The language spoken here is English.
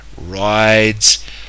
rides